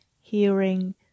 hearing